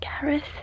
Gareth